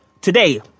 Today